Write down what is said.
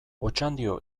otxandio